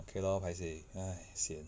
okay lor paiseh !hais! sian